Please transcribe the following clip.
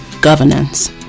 governance